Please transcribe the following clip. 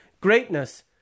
greatness